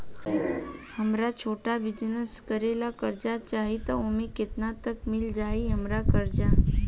हमरा छोटा बिजनेस करे ला कर्जा चाहि त ओमे केतना तक मिल जायी हमरा कर्जा?